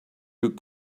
could